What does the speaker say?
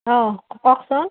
অঁ কওকচোন